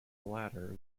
latter